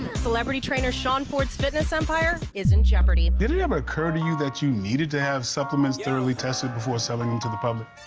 celebrity trainer, sean ford's fitness empire is in jeopardy. did it ever um occur to you that you needed to have supplements thoroughly tested before selling them to the public?